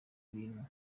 bintu